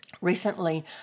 Recently